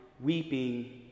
weeping